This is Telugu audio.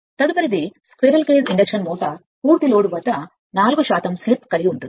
తదుపరిది స్క్విరెల్ కేజ్ ఇండక్షన్ మోటారు పూర్తి లోడ్ వద్ద 4 స్లిప్ కలిగి ఉంటుంది